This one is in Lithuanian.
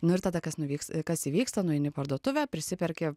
nu ir tada kas nuvyks kas įvyksta nueini į parduotuvę prisiperki